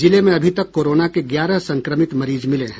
जिले में अभी तक कोरोना के ग्यारह संक्रमित मरीज मिले हैं